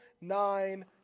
nine